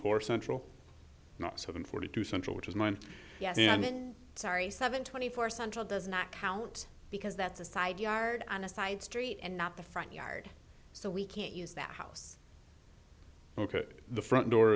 four central not so than forty two central which is mine yes eleven sorry seven twenty four central does not count because that's a side yard on a side street and not the front yard so we can't use that house ok the front door